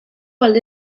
alde